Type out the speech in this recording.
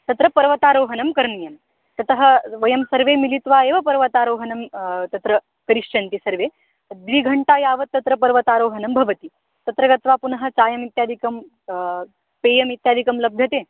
तत्र पर्वतारोहणं करणीयं ततः वयं सर्वे मिलित्वा एव पर्वतारोहणं तत्र करिष्यन्ति सर्वे द्विघण्टा यावत् तत्र पर्वतारोहणं भवति तत्र गत्वा पुनः चायमित्यादिकं पेयमित्यादिकं लभ्यते